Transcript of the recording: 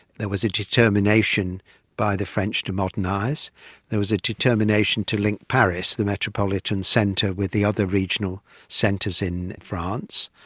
there was a determination by the french to modernise. there was a determination to link paris, the metropolitan centre, with the other regional centres in france.